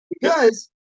Because-